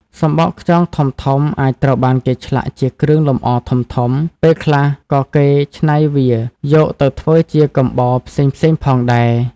សំបកខ្យងធំៗអាចត្រូវបានគេឆ្លាក់ជាគ្រឿងលម្អធំៗ ពេលខ្លះក៏គេច្នៃវាយកទៅធ្វើជាកំបោរផ្សេងៗផងដែរ។